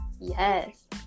Yes